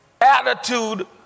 attitude